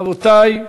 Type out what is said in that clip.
רבותי,